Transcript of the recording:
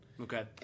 Okay